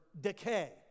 decay